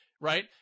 right